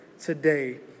today